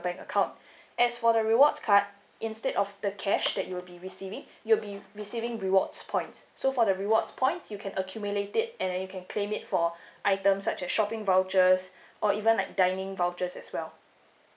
bank account as for the rewards card instead of the cash that you will be receiving you will be receiving rewards points so for the rewards points you can accumulate it and then you can claim it for items such as shopping vouchers or even like dining vouchers as well